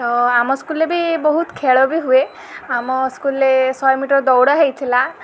ତ ଆମ ସ୍କୁଲରେ ବି ବହୁତ ଖେଳ ବି ହୁଏ ଆମ ସ୍କୁଲରେ ଶହେ ମିଟର ଦୌଡ଼ ହେଇଥିଲା